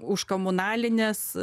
už komunalines